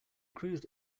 cruised